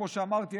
כמו שאמרתי,